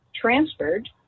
transferred